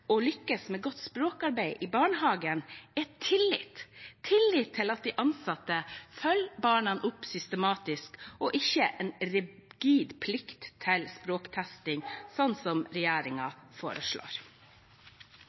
å lykkes med godt språkarbeid i barnehagen er tillit – tillit til at de ansatte følger opp barna systematisk – og ikke en rigid plikt til språktesting,